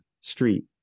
street